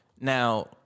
Now